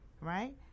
right